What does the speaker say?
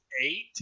eight